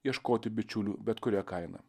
ieškoti bičiulių bet kuria kaina